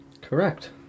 Correct